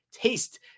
taste